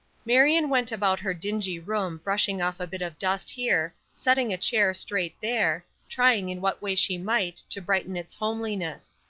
marion went about her dingy room brushing off a bit of dust here, setting a chair straight there, trying in what ways she might to brighten its homeliness.